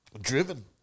Driven